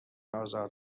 آزاد